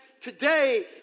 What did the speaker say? today